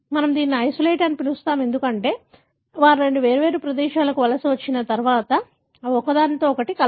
మనము దీనిని ఐసోలేట్ అని పిలుస్తాము ఎందుకంటే వారు రెండు వేర్వేరు ప్రదేశాలకు వలస వచ్చిన తర్వాత అవి ఒకదానితో ఒకటి కలవవు